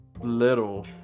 little